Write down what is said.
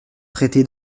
traité